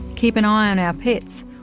keep an eye on our pets,